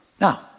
Now